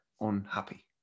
unhappy